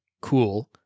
cool